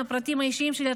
עם הפרטים האישיים שלי,